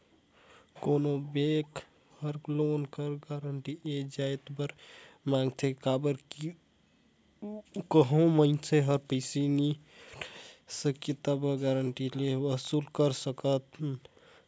कोनो बेंक हर लोन कर गारंटर ए जाएत बर मांगथे काबर कि कहों मइनसे हर पइसा नी पटाए सकिस ता गारंटर ले वसूल कर सकन